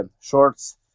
shorts